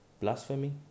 blasphemy